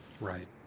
Right